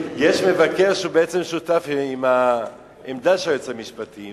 יש מבקר שהוא בעצם שותף עם העמדה של היועץ המשפטי.